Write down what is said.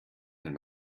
and